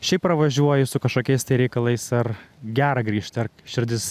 šiaip pravažiuoji su kažkokiais reikalais ar gera grįžt ar širdis